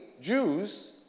Jews